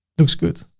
looks good.